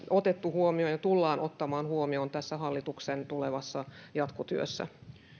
otettu huomioon ja tullaan ottamaan huomioon tässä hallituksen tulevassa jatkotyössä